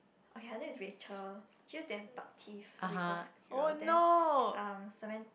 okay that is Rachel she just damn buck teeth so we call her squirrel then um Saman~